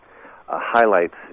highlights